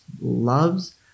Loves